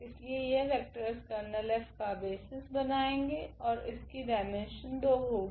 इसलिए यह vectors kernel F का बेसिस बनाएगे ओर इसकी डाईमेन्शन 2 होगी